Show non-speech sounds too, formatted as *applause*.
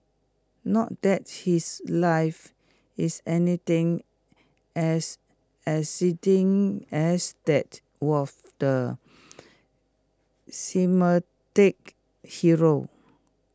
not that his life is anything as exciting as that was the *unintelligible* hero